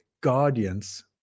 guardians